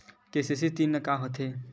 KCC ऋण का होथे?